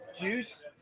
juice